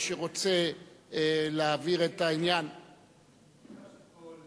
מי שרוצה להעביר את העניין, נתבקשתי פה,